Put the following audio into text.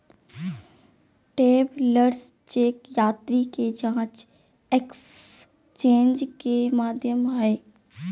travellers cheque यात्री के जांच एक्सचेंज के माध्यम हइ